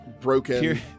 broken